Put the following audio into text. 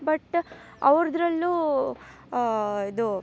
but ಅವ್ರುದರಲ್ಲೂ ಇದು